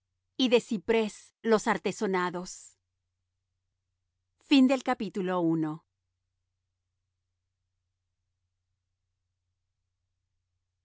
y de ciprés los artesonados